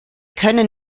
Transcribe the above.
können